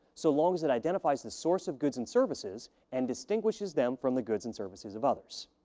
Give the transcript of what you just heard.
so long as it identifies the source of goods and services and distinguishes them from the goods and services of others.